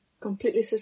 completely